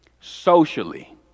Socially